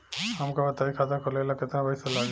हमका बताई खाता खोले ला केतना पईसा लागी?